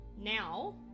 now